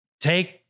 Take